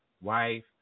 wife